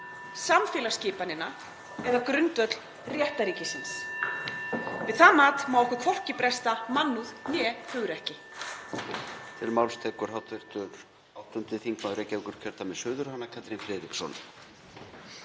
samfélagsskipanina eða grundvöll réttarríkisins. Við það mat má okkur hvorki bresta mannúð né hugrekki.